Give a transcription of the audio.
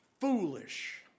foolish